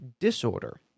disorder